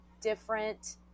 different